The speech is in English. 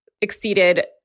exceeded